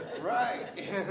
Right